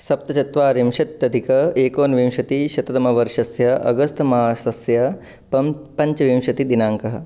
सप्तचत्वारिंशदधिक एकोनविंशतिशततमवर्षस्य अगस्त् मासस्य पं पञ्चविंशतिदिनाङ्कः